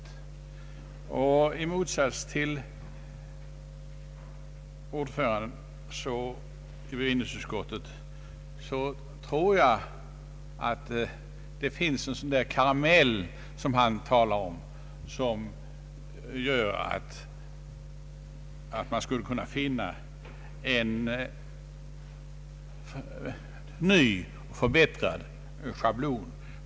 I motsats till ordföranden i bevillningsutskottet tror jag att det finns en sådan karamell som han talar om, och som skulle hjälpa oss att finna en ny, förbättrad schablon.